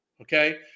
Okay